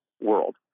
world